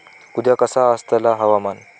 उद्या कसा आसतला हवामान?